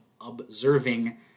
observing